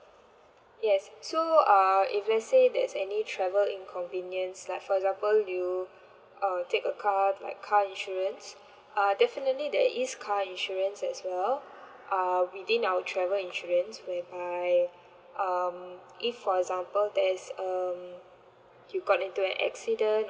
yes so uh if let say there's any travel inconvenience like for example you uh take a car like car insurance uh definitely there is car insurance as well uh within our travel insurance whereby um if for example there's um you got into an accident